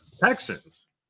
Texans